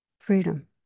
freedom